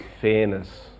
fairness